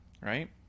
right